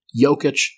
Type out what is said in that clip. Jokic